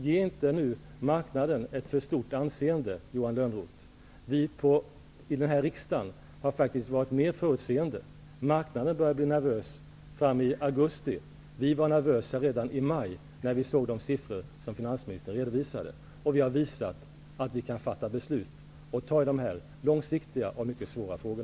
Ge inte marknaden ett för stort anseende, Johan Lönnroth! Vi i den här riksdagen har faktiskt varit mer förutseende. Marknaden började bli nervös fram i augusti. Vi var nervösa redan i maj, när vi såg de siffror som finansministern redovisade. Vi har visat att vi kan fatta beslut och ta i dessa långsiktiga och mycket svåra frågor.